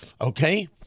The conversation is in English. okay